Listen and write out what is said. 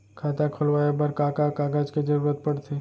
खाता खोलवाये बर का का कागज के जरूरत पड़थे?